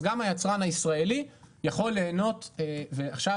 אז גם היצרן הישראלי יכול ליהנות ועכשיו